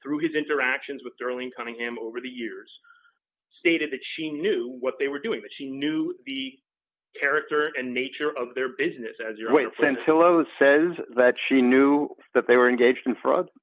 through his interactions with the early cunningham over the years stated that she knew what they were doing that she knew the character and nature of their business as your weight sense elos says that she knew that they were engaged in fraud